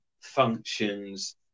functions